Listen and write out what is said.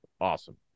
Awesome